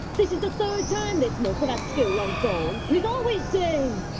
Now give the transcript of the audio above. this is the third time this month i've had school on phone, and it's always him!